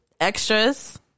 extras